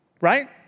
Right